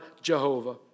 Jehovah